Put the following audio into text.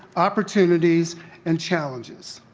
opportunities and challenges.